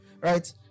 right